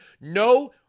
no